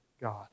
God